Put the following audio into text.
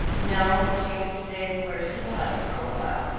no, she would stay where she was for a while.